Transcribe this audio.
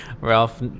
Ralph